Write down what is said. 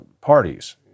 parties